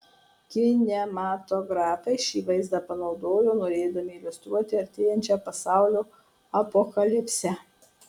kinematografai šį vaizdą panaudojo norėdami iliustruoti artėjančią pasaulio apokalipsę